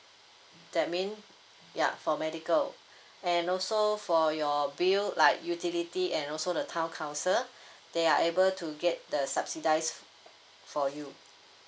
that mean ya for medical and also for your bill like utility and also the town council they are able to get the subsidy for you